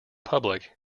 public